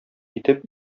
итеп